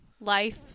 life